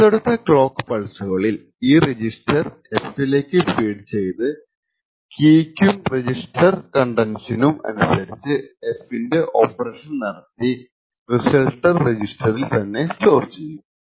അടുത്തടുത്ത ക്ലോക്ക് പൾസുകളിൽ ഈ റെജിസ്റ്റർ f ലേക്ക് ഫെഡ് ചെയ്ത് കീക്കും റെജിസ്റ്റർ കൺടെന്റ്സിനും അനുസരിച് f ൻറെ ഓപ്പറേഷൻ നടത്തി റിസൾട്ട് റെജിസ്റ്ററിൽ തന്നെ സ്റ്റോർ ചെയ്യും